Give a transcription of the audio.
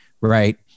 right